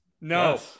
No